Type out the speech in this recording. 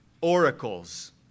oracles